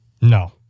No